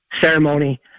ceremony